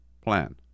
plan